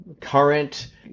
Current